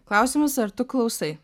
klausimas ar tu klausai